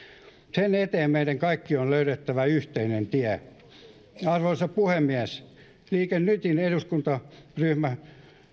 sen eteen meidän kaikkien on löydettävä yhteinen tie arvoisa puhemies liike nytin eduskuntaryhmä